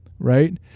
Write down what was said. right